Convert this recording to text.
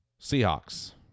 Seahawks